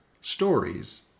stories